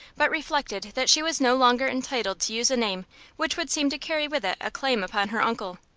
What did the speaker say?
but reflected that she was no longer entitled to use a name which would seem to carry with it a claim upon her uncle.